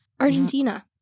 Argentina